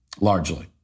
largely